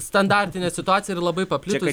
standartinė situacija yra labai paplitus